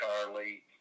Charlie